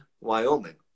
Wyoming